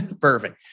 perfect